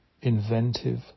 inventive